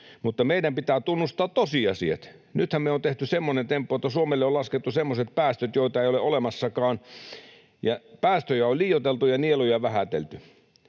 mutta meidän pitää tunnustaa tosiasiat. Nythän me on tehty semmoinen temppu, että Suomelle on laskettu semmoiset päästöt, joita ei ole olemassakaan, ja päästöjä on liioiteltu ja nieluja vähätelty.